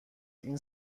این